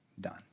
done